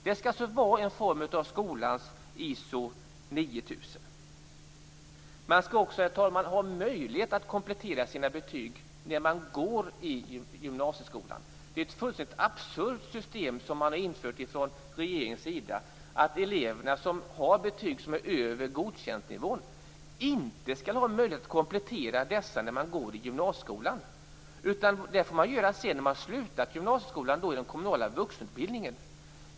Det skall alltså vara en form av skolans Man skall dessutom, herr talman, ha möjlighet att komplettera sina betyg när man går i gymnasieskolan. Det är ett fullständigt absurt system som man har infört från regeringens sida att de elever som har betyg som ligger över Godkänd-nivån inte skall ha möjlighet att komplettera dessa när de går i gymnasieskolan. Det får man göra när man har slutat gymnasieskolan, och då i den kommunala vuxenutbildningen.